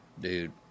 dude